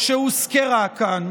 שהוזכרה כאן,